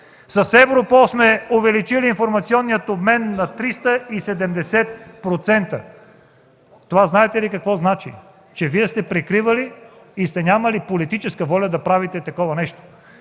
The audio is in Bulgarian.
С ЕВРОПОЛ сме увеличили информационния обмен на 370%. Знаете ли какво значи това? Значи, че Вие сте прикривали и сте нямали политическа воля да правите такова нещо.